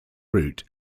root